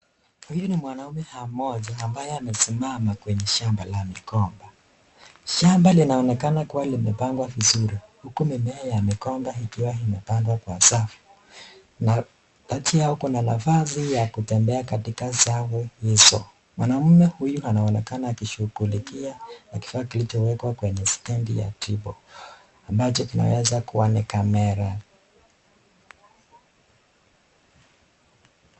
Huyu ni mwanamme mmoja ambaye amesimama kwenye shamba la migomba. Shamba linaonekana kua imepangwa vizuri, huku mimea ya migomba ikiwa imepandwa kwa usafi. Kati yao kuna nafasi ya kutembea katika zamu hizo. Mwanamme huyu anaonekana akishughulikia kifaa kilichoekwa kwenye posti ambacho kinaweza kua ni kamera.